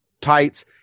tights